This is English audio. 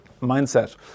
mindset